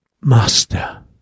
Master